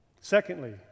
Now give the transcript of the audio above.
Secondly